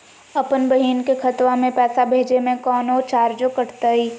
अपन बहिन के खतवा में पैसा भेजे में कौनो चार्जो कटतई?